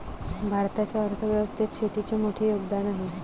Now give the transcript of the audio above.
भारताच्या अर्थ व्यवस्थेत शेतीचे मोठे योगदान आहे